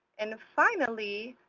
and finally,